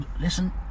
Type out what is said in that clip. listen